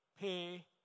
pay